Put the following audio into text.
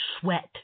sweat